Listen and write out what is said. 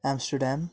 Amsterdam